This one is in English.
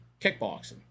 kickboxing